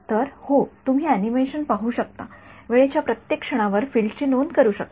तर होय तुम्ही अॅनिमेशन पाहू शकता वेळेच्या प्रत्येक क्षणावर फील्ड ची नोंद करू शकता